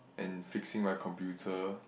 and fixing my computer